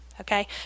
okay